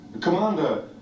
Commander